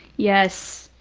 yes.